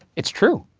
it's true!